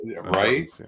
right